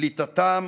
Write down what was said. קליטתם